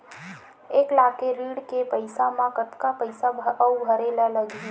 एक लाख के ऋण के पईसा म कतका पईसा आऊ भरे ला लगही?